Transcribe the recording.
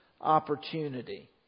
opportunity